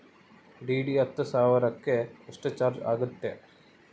DD ಹತ್ತು ಸಾವಿರಕ್ಕೆ ಎಷ್ಟು ಚಾಜ್೯ ಆಗತ್ತೆ?